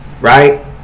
Right